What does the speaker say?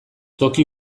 toki